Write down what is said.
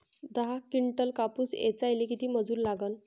दहा किंटल कापूस ऐचायले किती मजूरी लागन?